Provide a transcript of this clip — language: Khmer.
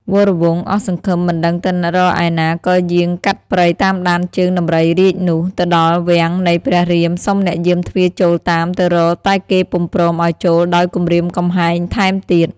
វរវង្ស អស់សង្ឃឹមមិនដឹងទៅរកឯណាក៏យាងកាត់ព្រៃតាមដានជើងដំរីរាជនោះ ទៅដល់វាំងនៃព្រះរៀមសុំអ្នកយាមទ្វារចូលតាមទៅរកតែគេពុំព្រមឲ្យចូលដោយគំរាមកំហែងថែមទៀត។